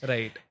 Right